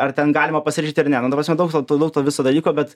ar ten galima pasirašyti ar ne nu ta prasme daug to daug to viso dalyko bet